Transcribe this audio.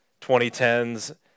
2010s